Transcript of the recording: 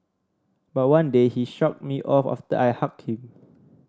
but one day he shrugged me off after I hugged him